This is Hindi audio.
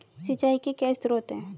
सिंचाई के क्या स्रोत हैं?